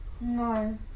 No